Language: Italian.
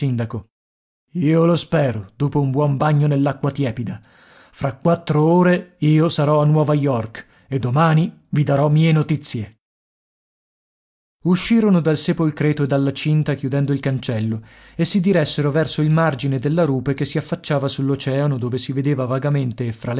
io lo spero dopo un buon bagno nell'acqua tiepida fra quattro ore io sarò a nuova york e domani vi darò mie notizie uscirono dal sepolcreto e dalla cinta chiudendo il cancello e si diressero verso il margine della rupe che si affacciava sull'oceano dove si vedeva vagamente